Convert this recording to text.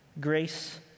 Grace